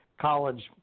college